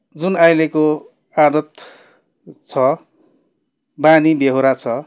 जुन अहिलेको आदत छ बानी बेहोरा छ